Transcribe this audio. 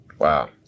Wow